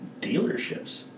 dealerships